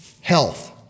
health